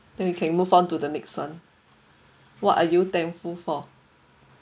then you can move on to the next one what are you thankful for